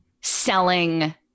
selling